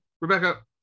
Rebecca